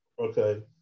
Okay